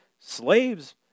slaves